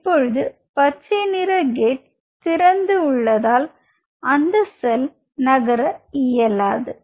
இப்பொழுது பச்சைநிற கேட் திறந்து உள்ளதால் அந்த செல் நகர இயலாது